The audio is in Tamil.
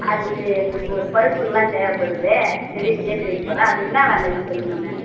அதுக்கு எங்களுக்கு ஒரு பழுப்புங்களாம் தேவைப்படுது பெரிய கேட்டு வைக்க போகிறோம் அது என்ன விலைங்க சொல்லுங்கம்மா